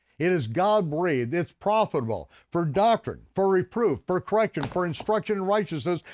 it is god breathed, it's profitable. for doctrine, for reproof, for correction, for instruction in righteousness,